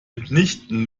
mitnichten